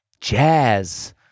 jazz